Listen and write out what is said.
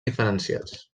diferenciats